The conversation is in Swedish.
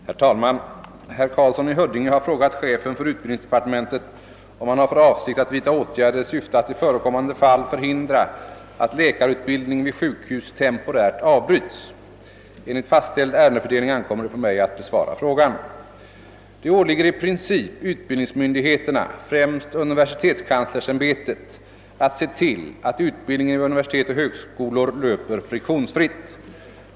Herr talman! Herr Karlsson i Huddinge har frågat chefen för utbildningsdepartementet, om han har för avsikt att vidta åtgärder i syfte att i förekommande fall förhindra att läkarutbildning vid sjukhus temporärt avbryts. Enligt fastställd ärendefördelning ankommer det på mig att besvara frågan. Det åligger i princip utbildningsmyndigheterna, främst universitetskanslersämbetet, att se till att. utbildningen vid universitet och högskolor löper friktionsfritt.